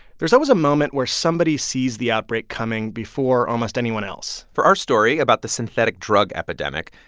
there's always a moment where somebody sees the outbreak coming before almost anyone else for our story about the synthetic drug epidemic,